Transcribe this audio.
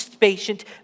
patient